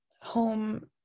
Home